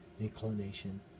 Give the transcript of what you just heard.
inclination